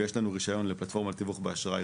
ויש לנו רישיון מורחב לפלטפורמת תיווך באשראי.